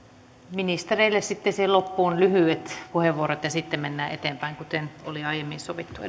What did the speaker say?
ministereille sitten siihen loppuun lyhyet puheenvuorot ja sitten mennään eteenpäin kuten oli aiemmin sovittu